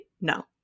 No